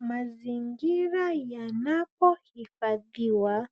Mazingira yanapohifadhiwa